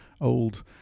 old